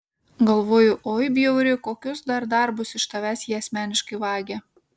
galvoju oi bjauri kokius dar darbus iš tavęs jie asmeniškai vagia